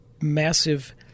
massive